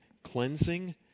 cleansing